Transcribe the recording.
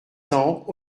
cents